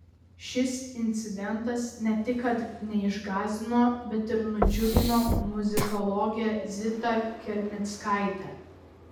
šis incidentas ne tik kad neišgąsdino bet ir nudžiugino muzikologę zitą kelmickaitę